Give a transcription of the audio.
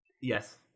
Yes